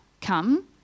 come